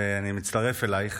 ואני מצטרף אלייך.